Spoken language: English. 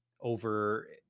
over